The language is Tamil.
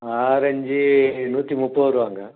ஆரஞ்சு நூற்றி முப்பது ரூபாங்க